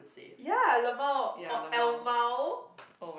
ya lmao or L mao